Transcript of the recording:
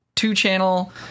two-channel